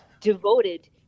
devoted